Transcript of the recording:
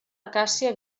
acàcia